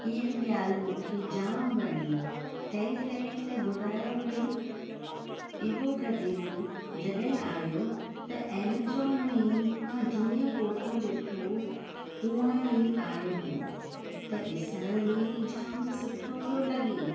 इहा ॻाल्हि मूंखे जाम वणी तंहिं करे त घुरायो हुओ इहो गदिलो जॾहिं आहियो त एमेजॉन में ई मां जीअं फ़ोटूं ॾिठो उहा ई आहियो हुओ त ॾिसण में बि जाम सुठो पियो लॻे